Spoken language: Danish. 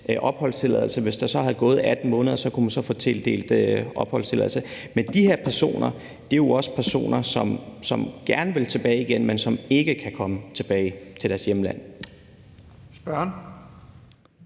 hvis der så var gået 18 måneder, kunne få tildelt en opholdstilladelse. Man de her personer er jo også personer, som gerne vil tilbage til deres hjemland igen, men som ikke kan komme tilbage. Kl.